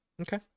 Okay